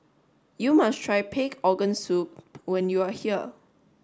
you must try pig organ soup when you are here